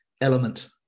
element